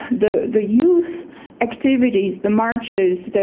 the the youth activities, the marches,